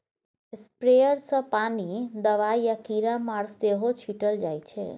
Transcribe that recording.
sprayer सँ पानि, दबाइ आ कीरामार सेहो छीटल जाइ छै